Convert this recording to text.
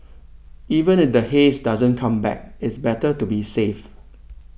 even if the haze doesn't come back it's better to be safe